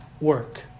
work